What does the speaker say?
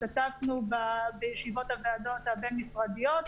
השתתפנו בישיבות הוועדות הבין-משרדיות.